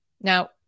Now